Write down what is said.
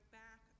back